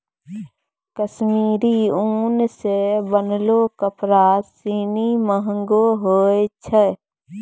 कश्मीरी उन सें बनलो कपड़ा सिनी महंगो होय छै